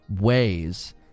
ways